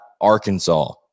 arkansas